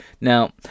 Now